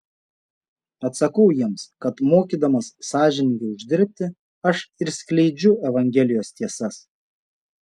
atsakau jiems kad mokydamas sąžiningai uždirbti aš ir skleidžiu evangelijos tiesas